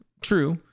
true